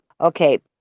Okay